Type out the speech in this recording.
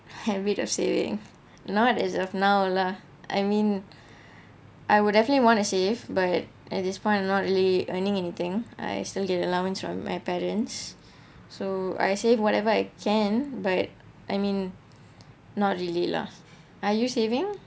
habit of saving not as of now lah I mean I would definitely want to save but at this point I'm not really earning anything I still get allowance from my parents so I save whatever I can but I mean not really lah are you saving